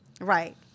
right